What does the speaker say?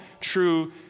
true